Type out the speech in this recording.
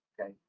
okay